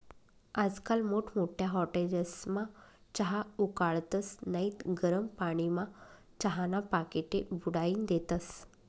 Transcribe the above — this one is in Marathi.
आजकाल मोठमोठ्या हाटेलस्मा चहा उकाळतस नैत गरम पानीमा चहाना पाकिटे बुडाईन देतस